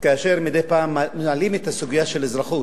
כאשר מדי פעם מעלים את הסוגיה של אזרחות,